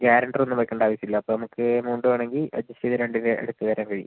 ഗ്യാരൻഡറെ ഒന്നും വെക്കണ്ട ആവശ്യം ഇല്ല അപ്പം നമുക്ക് എമൗണ്ട് വേണമെങ്കിൽ അഡ്ജസ്റ്റ് ചെയ്ത് രണ്ടിൻറ്റെ അടുത്ത് തരാൻ കഴിയും